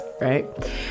right